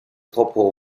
propres